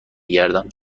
گردم